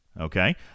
Okay